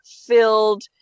filled